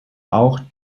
auch